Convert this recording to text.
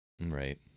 Right